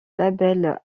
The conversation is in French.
label